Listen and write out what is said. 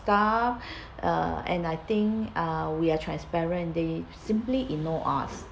staff uh and I think uh we are transparent they simply ignore us